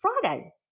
Friday